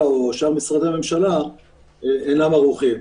או שאר משרדי הממשלה אינם ערוכים.